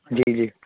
جی جی